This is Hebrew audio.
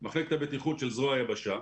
מחלקת הבטיחות של זרוע היבשה,